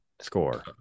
score